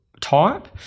type